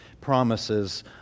promises